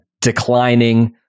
declining